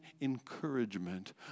encouragement